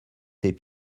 ses